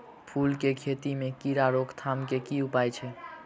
फूल केँ खेती मे कीड़ा रोकथाम केँ की उपाय छै?